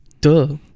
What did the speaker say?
Duh